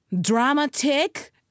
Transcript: dramatic